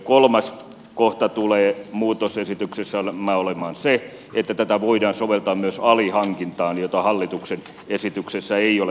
kolmas kohta tulee muutosesityksessämme olemaan se että tätä voidaan soveltaa myös alihankintaan mitä hallituksen esityksessä ei ole mukana